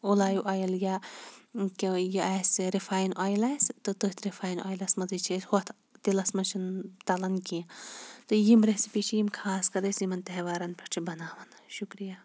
olive oil یا کہِ یہِ آسہِ رِفاین اۄیِل آسہِ تہٕ تٔتھۍ رِفاین اۄیِلَس مَنٛزٕے چھِ أسۍ ہُتھ تِلَس مَنٛز چھِنہٕ تَلان کینٛہہ تہٕ یِم ریٚسِپی چھِ یِم خاص کَر أسۍ یِمَن تیٚہوارَن پیٹھ چھِ بَناوان شُکریہ